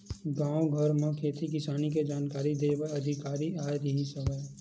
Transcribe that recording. गाँव घर म खेती किसानी के जानकारी दे बर अधिकारी आए रिहिस हवय